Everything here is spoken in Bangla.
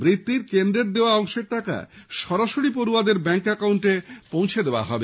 বৃত্তির কেন্দ্রের অংশের টাকা সরাসরি পড়য়াদের ব্যাঙ্ক অ্যাকাউন্টে পৌঁছে দেওয়া হবে